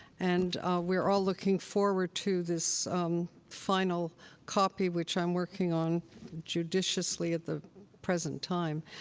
and we're all looking forward to this final copy, which i'm working on judiciously at the present time.